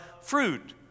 fruit